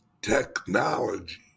Technology